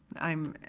i'm,